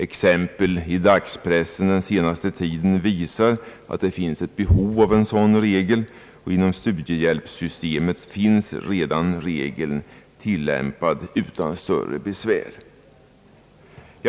Exempel i dagspressen under den senaste tiden visar att det finns behov av en sådan regel, och inom studiehjälpssystemet finns redan regeln tillämpad utan större besvär.